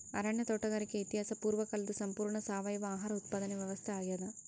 ಅರಣ್ಯ ತೋಟಗಾರಿಕೆ ಇತಿಹಾಸ ಪೂರ್ವಕಾಲದ ಸಂಪೂರ್ಣ ಸಾವಯವ ಆಹಾರ ಉತ್ಪಾದನೆ ವ್ಯವಸ್ಥಾ ಆಗ್ಯಾದ